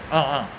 orh oh